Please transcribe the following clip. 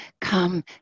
come